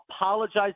apologize